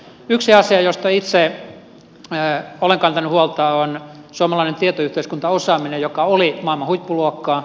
yksi asia josta itse olen kantanut huolta on suomalainen tietoyhteiskuntaosaaminen joka oli maailman huippuluokkaa